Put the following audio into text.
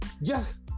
Yes